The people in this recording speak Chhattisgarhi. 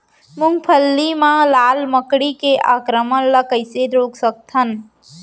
मूंगफली मा लाल मकड़ी के आक्रमण ला कइसे रोक सकत हन?